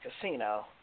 Casino